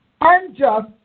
unjust